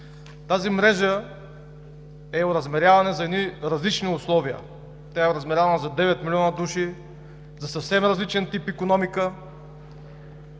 Тази мрежа е оразмерявана за едни различни условия. Тя е оразмерявана за 9 милиона души, за съвсем различен тип икономика,